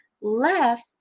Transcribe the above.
left